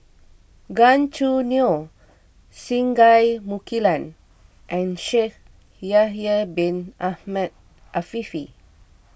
Gan Choo Neo Singai Mukilan and Shaikh Yahya Bin Ahmed Afifi